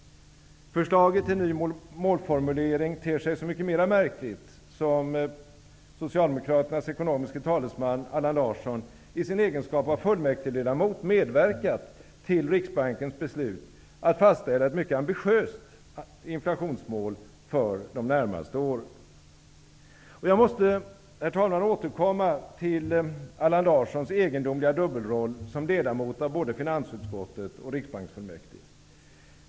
Förslaget till ny målformulering ter sig så mycket mera märkligt, som Socialdemokraternas ekonomiske talesman Allan Larsson i sin egenskap av fullmäktigeledamot medverkat till Riksbankens beslut att fastställa ett mycket ambitiöst inflationsmål för de närmaste åren. Jag måste återkomma till Allan Larssons egendomliga dubbelroll som ledamot av både finansutskottet och Riksbanksfullmäktige.